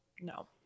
No